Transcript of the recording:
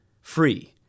free